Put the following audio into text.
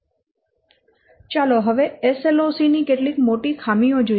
ચાલો હવે SLOC ની કેટલીક મોટી ખામીઓ જોઈએ